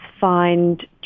find